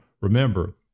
Remember